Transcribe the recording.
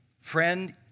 Friend